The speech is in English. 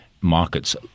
markets